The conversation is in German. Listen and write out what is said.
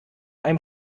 einem